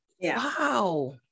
wow